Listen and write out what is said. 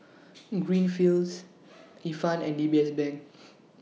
Greenfields Ifan and D B S Bank